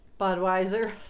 Budweiser